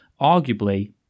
arguably